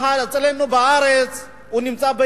ואצלנו בארץ הוא נמצא בירידה,